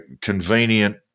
convenient